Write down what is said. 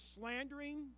slandering